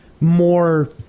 more